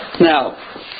Now